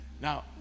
Now